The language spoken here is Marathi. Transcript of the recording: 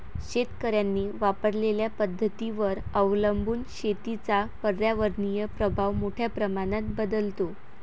शेतकऱ्यांनी वापरलेल्या पद्धतींवर अवलंबून शेतीचा पर्यावरणीय प्रभाव मोठ्या प्रमाणात बदलतो